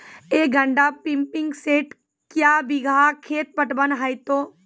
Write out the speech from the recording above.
एक घंटा pumping set क्या बीघा खेत पटवन है तो?